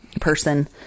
person